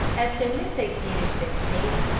as soon as they finished their tea,